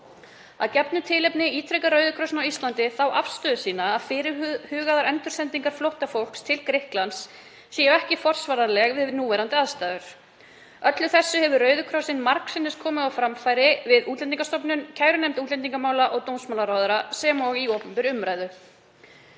„Að gefnu tilefni ítrekar Rauði krossinn á Íslandi þá afstöðu sína að fyrirhugaðar endursendingar flóttafólks til Grikklands séu ekki forsvaranlegar við núverandi aðstæður.“ Öllu þessu hefur Rauði krossinn margsinnis komið á framfæri við Útlendingastofnun, kærunefnd útlendingamála og dómsmálaráðherra, sem og í opinberri umræðu.